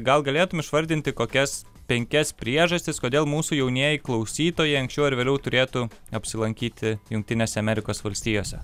gal galėtum išvardinti kokias penkias priežastis kodėl mūsų jaunieji klausytojai anksčiau ar vėliau turėtų apsilankyti jungtinėse amerikos valstijose